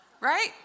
Right